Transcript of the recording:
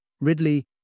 Ridley